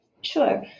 Sure